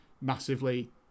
massively